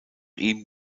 ihm